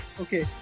okay